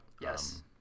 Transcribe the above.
yes